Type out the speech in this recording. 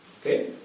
Okay